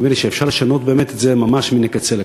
נדמה לי שאפשר באמת לשנות את זה ממש מן הקצה לקצה.